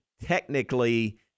technically